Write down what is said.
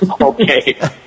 Okay